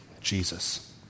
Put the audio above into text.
Jesus